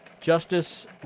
Justice